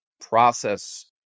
process